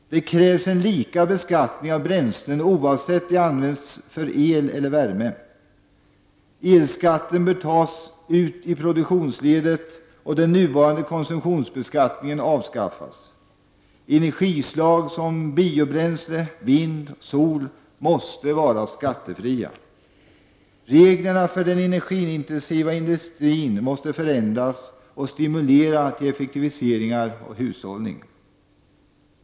Det krävs lika beskattning av bränslen oavsett om de används för el eller värme. Elskatten bör tas ut i produktionsledet, och den nuvarande konsumtionsbeskattningen avskaffas. Energislag som biobränsle, vind och sol måste vara skattefria. Reglerna för den energiintensiva industrin måste förändras och stimulera effektiviseringar och hushållning.